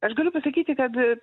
aš galiu pasakyti kad